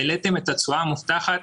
העליתם את התשואה המובטחת